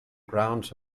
grounds